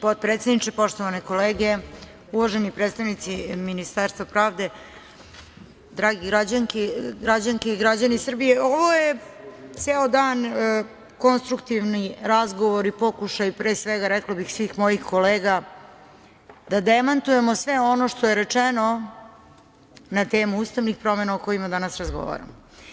Potpredsedniče, poštovane kolege, uvaženi predstavnici Ministarstva pravde, drage građanke i građani Srbije, ovo su ceo dan konstruktivni razgovori, pokušaji, pre svega, rekla bih, svih mojih kolega da demantujemo sve ono što je rečeno na temu ustavnih promena o kojima danas razgovaramo.